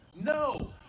No